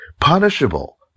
punishable